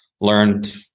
learned